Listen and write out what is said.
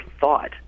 thought